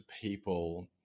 people